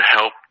help